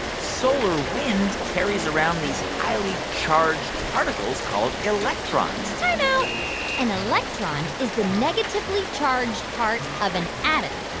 solar wind carries around these highly charged particles called electrons timeout an electron is the negatively charged part of an atom,